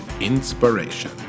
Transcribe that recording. Inspiration